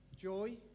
joy